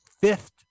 Fifth